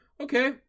Okay